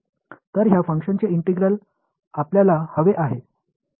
तर ह्या फंक्शनचे इंटिग्रल आपल्याला हवे आहे